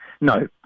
No